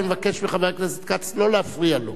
ואני מבקש מחבר הכנסת כץ לא להפריע לו.